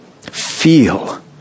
feel